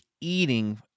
eating